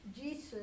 Jesus